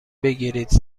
بگیرید